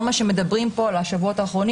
כל מה שמדברים פה על השבועות האחרונות